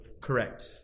Correct